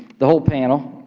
the whole panel,